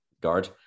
guard